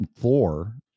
four